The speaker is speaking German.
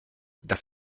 dass